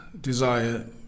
desire